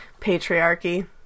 Patriarchy